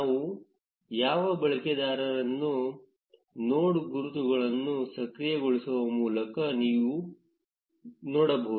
ನಾವು ಯಾವ ಬಳಕೆದಾರರೆಂದು ನೋಡ್ ಗುರುತುಗಳನ್ನು ಸಕ್ರಿಯಗೊಳಿಸುವ ಮೂಲಕ ಇವು ನೋಡಬಹುದು